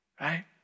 right